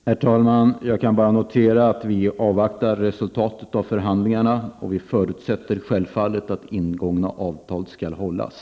Herr talman! Jag kan bara notera att vi avvaktar resultatet av förhandlingarna. Vi förutsätter självfallet att ingångna avtal skall hållas.